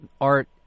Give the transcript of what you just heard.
art